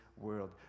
world